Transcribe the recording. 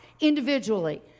individually